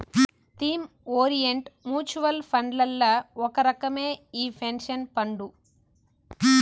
theme orient mutual ఫండ్లల్ల ఒక రకమే ఈ పెన్సన్ ఫండు